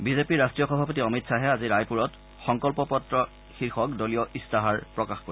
বিজেপিৰ ৰাষ্ট্ৰীয় সভাপতি অমিত শ্বাহে আজি ৰায়পুৰত সংকল্প পত্ৰ শীৰ্ষক দলীয় ইস্তাহাৰ প্ৰকাশ কৰিব